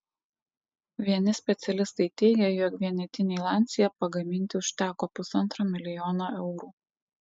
vieni specialistai teigia jog vienetinei lancia pagaminti užteko pusantro milijono eurų